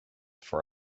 for